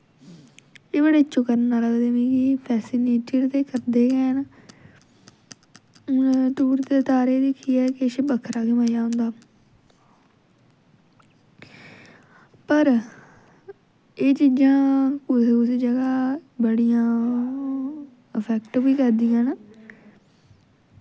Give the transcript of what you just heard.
एह् बड़े चौकन्ना लगदे मिगी फैसिनेटिड ते करदे गै न हून टुट्टदे तारे गी दिक्खियै किश बक्खरा गै मज़ा औंदा पर एह् चीजां कुसै कुसै जगह् बड़ियां इफैक्ट बी करदियां न